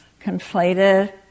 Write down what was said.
conflated